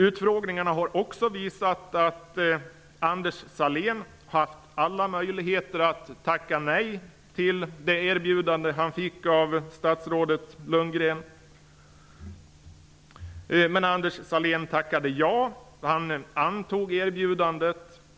Utfrågningarna har också visat att Anders Sahlén har haft alla möjligheter att tacka nej till det erbjudande han fick av statsrådet Lundgren. Anders Sahlén tackade emellertid ja, han antog erbjudandet.